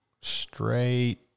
straight